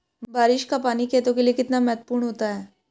बारिश का पानी खेतों के लिये कितना महत्वपूर्ण होता है?